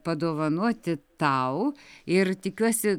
padovanoti tau ir tikiuosi